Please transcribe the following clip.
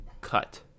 cut